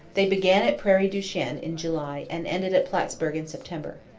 they began at prairie du chien in july and ended at plattsburg in september.